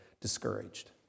discouraged